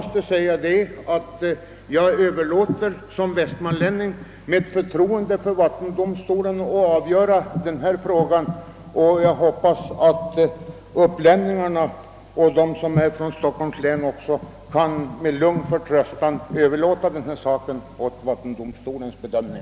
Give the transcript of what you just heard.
Som västmanlänning överlåter jag med förtroende åt vattendomstolen att avgöra denna fråga, och jag hoppas att upplänningarna liksom också de från Stockholms län med lugn förtröstan överlåter denna sak åt vattendomstolens bedömning.